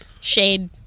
Shade